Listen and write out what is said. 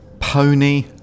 Pony